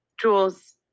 jules